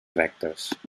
rectes